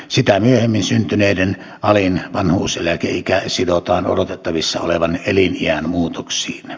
sitä myöhemmin syntyneiden alin vanhuuseläkeikä sidotaan odotettavissa olevan eliniän muutoksiin